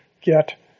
get